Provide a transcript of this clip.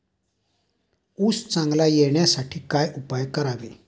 ऊस चांगला येण्यासाठी काय उपाय करावे?